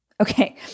Okay